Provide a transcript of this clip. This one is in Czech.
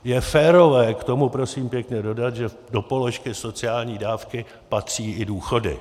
Je férové k tomu, prosím pěkně, dodat, že do položky sociální dávky patří i důchody.